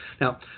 Now